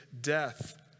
death